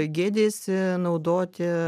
gėdijasi naudoti